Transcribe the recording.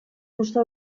fusta